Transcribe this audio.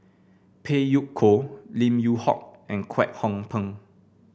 Phey Yew Kok Lim Yew Hock and Kwek Hong Png